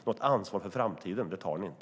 Något ansvar för framtiden tar ni inte.